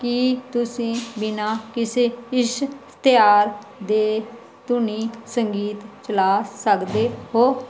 ਕੀ ਤੁਸੀਂ ਬਿਨਾਂ ਕਿਸੇ ਇਸ਼ਤਿਹਾਰ ਦੇ ਧੁਨੀ ਸੰਗੀਤ ਚਲਾ ਸਕਦੇ ਹੋ